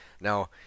Now